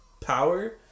power